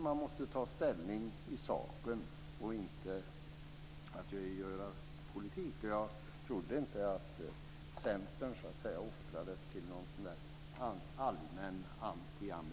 Man måste ta ställning i sak och inte göra politik av detta, och jag trodde inte att Centern så att säga offrade till någon allmän antiamerikanism.